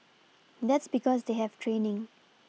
that's because they have training